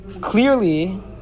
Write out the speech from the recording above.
Clearly